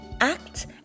act